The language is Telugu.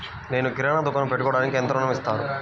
నేను కిరాణా దుకాణం పెట్టుకోడానికి ఎంత ఋణం ఇస్తారు?